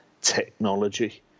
technology